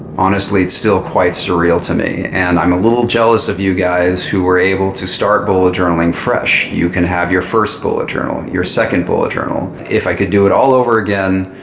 honestly, it's still quite surreal to me. and i'm a little jealous of you guys, who were able to start bullet journaling fresh. you can have your first bullet journal, your second bullet journal. if i could do it all over again,